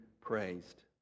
praised